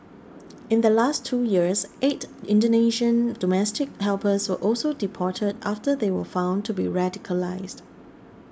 in the last two years eight Indonesian domestic helpers were also deported after they were found to be radicalised